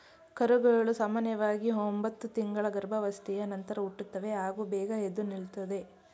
ಕರುಗಳು ಸಾಮನ್ಯವಾಗಿ ಒಂಬತ್ತು ತಿಂಗಳ ಗರ್ಭಾವಸ್ಥೆಯ ನಂತರ ಹುಟ್ಟುತ್ತವೆ ಹಾಗೂ ಬೇಗ ಎದ್ದು ನಿಲ್ತದೆ